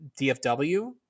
DFW